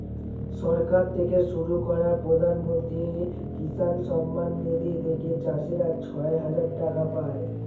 সরকার থেকে শুরু করা প্রধানমন্ত্রী কিষান সম্মান নিধি থেকে চাষীরা ছয় হাজার টাকা পায়